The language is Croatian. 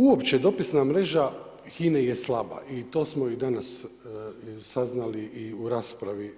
Uopće, dopisna mreža HINA-e je slaba i to smo i danas saznali i u raspravi